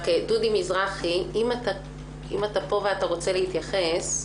דודי מזרחי, אם אתה פה ואתה רוצה להתייחס.